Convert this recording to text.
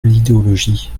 l’idéologie